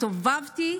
הסתובבתי